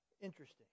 Interesting